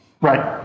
Right